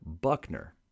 Buckner